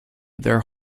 their